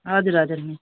हजुर हजुर मिस